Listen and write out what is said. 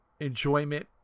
enjoyment